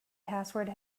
password